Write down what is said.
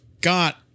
got